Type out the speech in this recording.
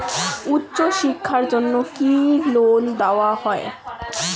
উচ্চশিক্ষার জন্য কি লোন দেওয়া হয়?